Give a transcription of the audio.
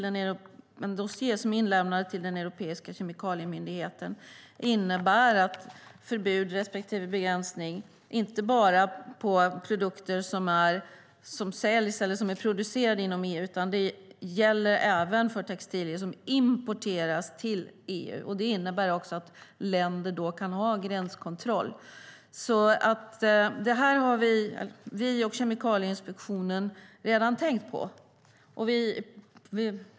Den dossier som är inlämnad till den europeiska kemikaliemyndigheten innebär förbud respektive begränsning, inte bara av produkter som säljs eller produceras inom EU utan även textilier som importeras till EU. Det innebär att länder kan ha en gränskontroll. Det här har alltså vi och Kemikalieinspektionen redan tänkt på.